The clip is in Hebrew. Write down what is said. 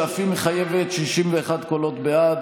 שמחייבת 61 קולות בעד.